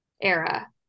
era